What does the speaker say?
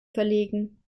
verlegen